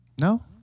No